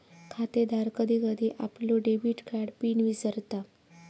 खातेदार कधी कधी आपलो डेबिट कार्ड पिन विसरता